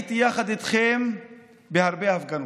הייתי יחד איתכם בהרבה הפגנות.